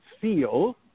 feel